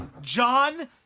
John